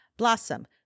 Blossom